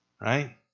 right